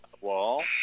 Wall